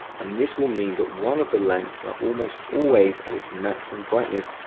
and this will mean that one of the lamps are almost always at its maximum brightness,